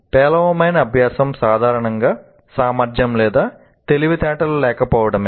పేలవమైన అభ్యాసం సాధారణంగా సామర్థ్యం లేదా తెలివితేటలు లేకపోవడమే